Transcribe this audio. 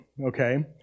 okay